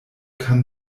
kann